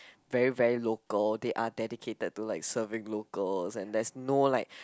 very very local they are dedicated to like serving locals and there's no like